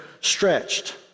stretched